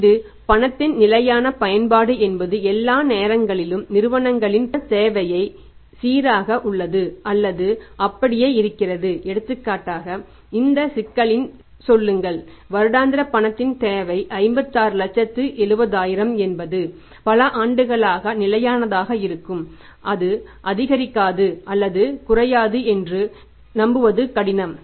இது பணத்தின் நிலையான பயன்பாடு என்பது எல்லா நேரங்களிலும் நிறுவனங்களின் பணத் தேவை சீராக உள்ளது அல்லது அப்படியே இருக்கிறது எடுத்துக்காட்டாக இந்த சிக்கலில் சொல்லுங்கள் வருடாந்திர பணத்தின் தேவை 5670000 என்பது பல ஆண்டுகளாக நிலையானதாக இருக்கும் அது அதிகரிக்காது அல்லது குறையாது என்று நம்புவது கடினம்